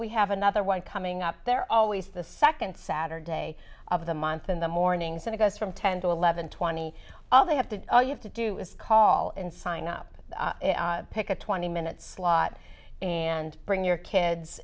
we have another one coming up they're always the second saturday of the month in the mornings when it goes from ten to eleven twenty all they have to have to do is call and sign up pick a twenty minute slot and bring your kids